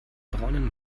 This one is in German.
braunen